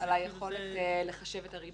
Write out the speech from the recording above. התקנות משפיעות על היכולת לחשב את הריבית.